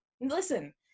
Listen